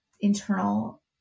internal